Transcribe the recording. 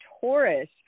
Taurus